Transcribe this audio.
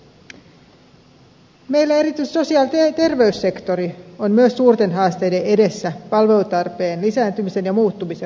meillä erityisesti sosiaali ja terveyssektori on myös suurten haasteiden edessä palvelutarpeen lisääntymisen ja muuttumisen vuoksi